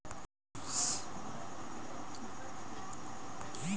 मले लहान धंदा चालू करासाठी कर्जाचा फारम कसा भरा लागन?